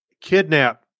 kidnap